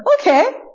okay